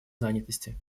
занятости